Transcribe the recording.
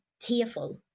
tearful